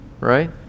Right